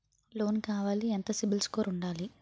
Loan కావాలి ఎంత CIBIL score ఉండాలి?